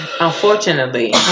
unfortunately